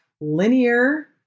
linear